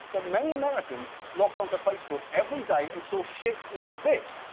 but many americans logged onto facebook every day and saw shit like this.